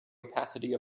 opacity